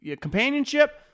companionship